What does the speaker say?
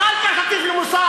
אחר כך תטיף לי מוסר.